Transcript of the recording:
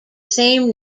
same